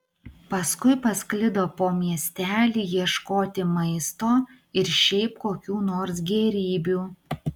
paskui pasklido po miestelį ieškoti maisto ir šiaip kokių nors gėrybių